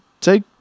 take